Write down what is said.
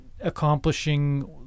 accomplishing